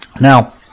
Now